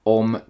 om